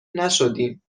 نشدیم